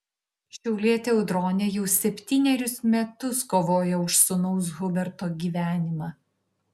šiaulietė audronė jau septynerius metus kovoja už sūnaus huberto gyvenimą